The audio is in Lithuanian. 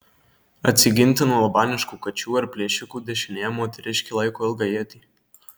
atsiginti nuo albaniškų kačių ar plėšikų dešinėje moteriškė laiko ilgą ietį